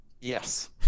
yes